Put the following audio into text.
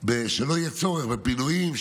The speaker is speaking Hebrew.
שלא יהיה צורך בפינויים,